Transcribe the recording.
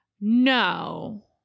no